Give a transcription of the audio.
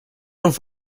don’t